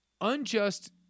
unjust